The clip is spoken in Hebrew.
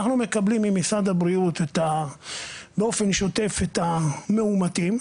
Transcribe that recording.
אנחנו מקבלים ממשרד הבריאות באופן שוטף את המאומתים.